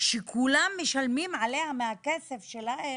שכולם משלמים עליה מהכסף שלהם,